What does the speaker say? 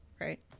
right